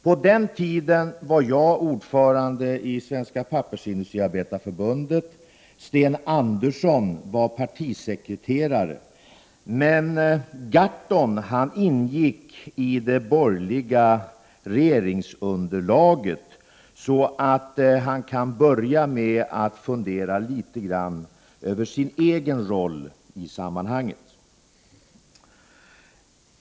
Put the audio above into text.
På den tiden var jag ordförande i Svenska pappersindustriarbetareförbundet, och Sten Andersson var partisekreterare. Men Per Gahrton ingick i det borgerliga regeringsunderlaget. Han kan därför börja med att fundera litet grand över sin egen roll i sammanhanget.